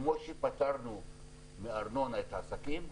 כמו שפטרנו מארנונה את העסקים,